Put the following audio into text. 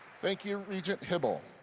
thank you regent hybl.